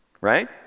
right